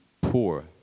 poor